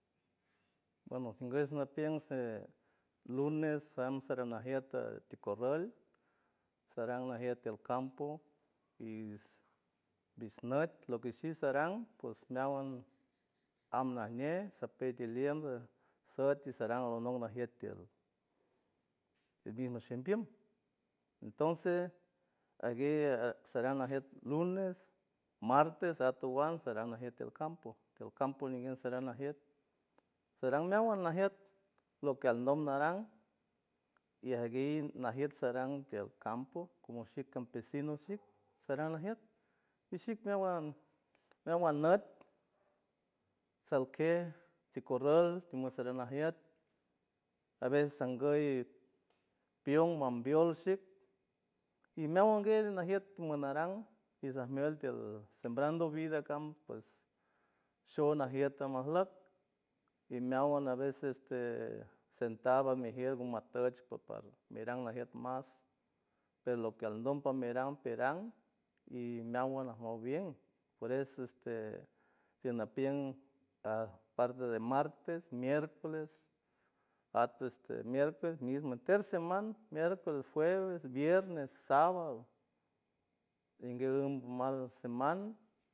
Bueno guñs napiens lunes san saran najiet tikurrol saran najiet tiel campo y disnüt lo que si saran pos meawan am najñe sapiet tiliem sut saran lonok najiet tiel bimi shimbiem entonce aguey saran najiet lunes, martes atuan saran najiet tiel campo tiel campo saran najiet saran meawan najiet lo que aldom mearan y ajguey najiet saran tiel campo como shik campesino shik saran najiet y shik meawan meawan nüt salkiej tikurrol timush saran najiet a ves sanguy pion mambiol shik y meawan gue najiet timunaran isaj muelt tiel sembrando vida cam pues sho najiet tamajluck y meawan a veces este sentado almijier guma tuch pupar miran najiet mas per lo que aldom par miran piran y meawan najbow biem por es este tinapien at parte de martes, miércoles at este mierpuet mismo enter seman miércoles jueves, viernes, sábado inguey mal seman.